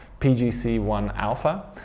PGC1-alpha